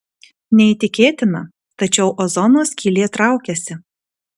neįtikėtina tačiau ozono skylė traukiasi